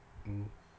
mm